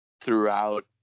throughout